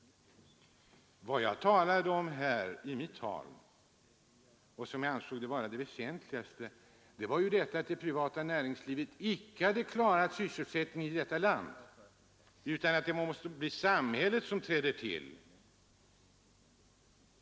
Vad jag sade i mitt anförande och vad jag ansåg vara det väsentligaste var att det privata näringslivet inte hade klarat sysselsättningen i detta land utan att samhället måste träda till.